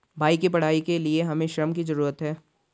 भाई की पढ़ाई के लिए हमे ऋण की जरूरत है